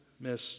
miss